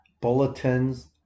bulletins